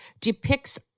depicts